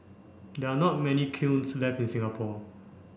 there are not many kilns left in Singapore